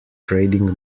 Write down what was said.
trading